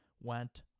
went